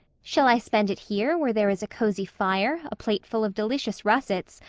shall i spend it here where there is a cosy fire, a plateful of delicious russets,